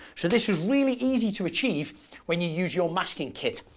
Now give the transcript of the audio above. so this was really easy to achieve when you use your masking kit.